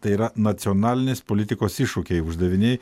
tai yra nacionalinės politikos iššūkiai uždaviniai